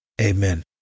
Amen